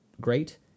great